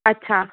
अच्छा